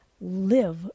Live